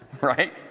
right